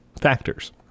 factors